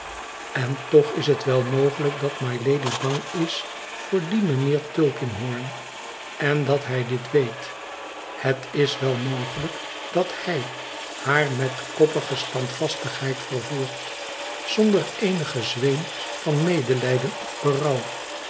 en toch is het wel mogelijk dat mylady bang is voor dien mijnheer het jonge mensgh dat guppy heet tulkinghorn en dat hij dit weet het is wel mogelijk dat hij haar met koppige standvastigheid vervolgt zonder eenigen zweem van medelijden of